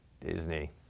Disney